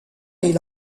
est